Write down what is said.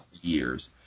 years